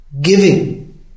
giving